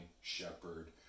shepherd